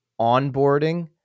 Onboarding